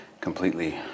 completely